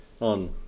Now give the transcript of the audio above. on